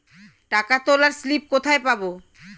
টাকা তোলার স্লিপ কোথায় পাব?